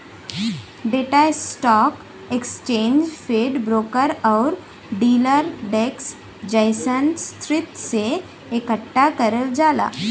data stock exchange feed, broker आउर dealer desk जइसन स्रोत से एकठ्ठा करल जाला